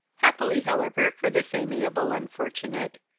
happily however for this amiable unfortunate,